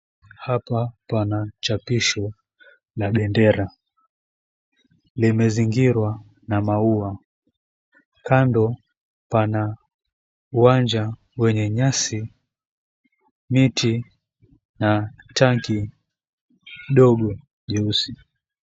Hapa pana chapisho la bendera. Limezingirwa na maua. Kando pana uwanja wenye nyasi, miti na tangi dogo leusi.